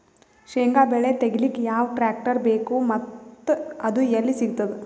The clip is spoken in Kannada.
ಶೇಂಗಾ ಬೆಳೆ ತೆಗಿಲಿಕ್ ಯಾವ ಟ್ಟ್ರ್ಯಾಕ್ಟರ್ ಬೇಕು ಮತ್ತ ಅದು ಎಲ್ಲಿ ಸಿಗತದ?